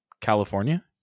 California